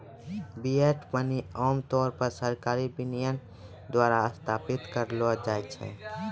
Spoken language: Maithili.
फिएट मनी आम तौर पर सरकारी विनियमन द्वारा स्थापित करलो जाय छै